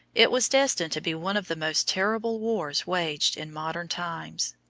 it was destined to be one of the most terrible wars waged in modern times.